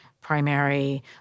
primary